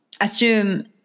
assume